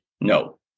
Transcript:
no